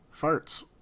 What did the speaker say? Farts